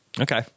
Okay